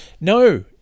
No